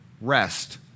rest